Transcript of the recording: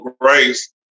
grace